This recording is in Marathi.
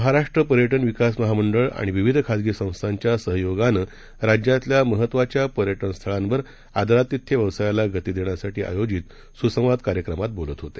महाराष्ट्रपर्यटनविकासमहामंडळआणिविविधखाजगीसंस्थांच्यासहयोगानंराज्यातल्यामहत्त्वाच्यापर्यटनस्थळांवरआदरातिथ्यव्यवसायालाग तीदेण्यासाठी सुसंवादकार्यक्रमाततेबोलतहोते